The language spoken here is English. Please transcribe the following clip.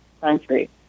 country